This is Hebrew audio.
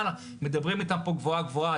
מדברים איתם פה גבוהה גבוהה,